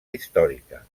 històrica